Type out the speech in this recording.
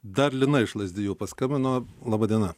dar lina iš lazdijų paskambino laba diena